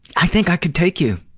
i think i could take you.